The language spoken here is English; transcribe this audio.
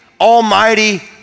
almighty